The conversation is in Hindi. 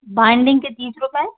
बाइंडिंग के तीस रुपये